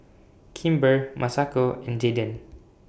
Kimber Masako and Jaeden